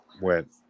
went